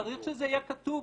צריך שזה יהיה כתוב.